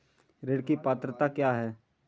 ऋण की पात्रता क्या है?